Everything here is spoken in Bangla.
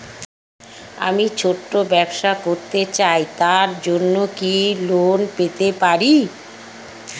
আমি ছোট ব্যবসা করতে চাই তার জন্য কি লোন পেতে পারি?